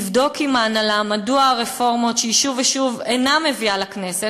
נבדוק עם ההנהלה מדוע הרפורמות שהיא שוב ושוב אינה מביאה לכנסת,